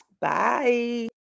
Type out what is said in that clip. bye